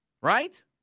Right